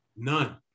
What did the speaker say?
none